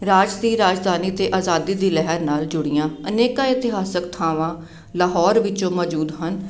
ਰਾਜ ਦੀ ਰਾਜਧਾਨੀ ਅਤੇ ਅਜ਼ਾਦੀ ਦੀ ਲਹਿਰ ਨਾਲ ਜੁੜੀਆਂ ਅਨੇਕਾਂ ਇਤਿਹਾਸਿਕ ਥਾਂਵਾਂ ਲਾਹੌਰ ਵਿੱਚੋਂ ਮੌਜੂਦ ਹਨ